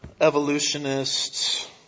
evolutionists